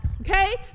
okay